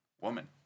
Woman